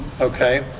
Okay